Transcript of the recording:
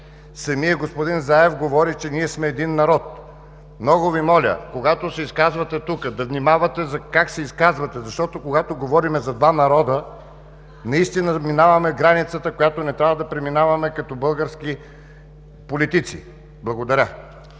Самият господин Заев говори, че ние сме един народ. Много Ви моля, когато се изказвате тук, да внимавате как се изказвате, защото, когато говорим за два народа, наистина минаваме границата, която не трябва да преминаваме като български политици. Благодаря.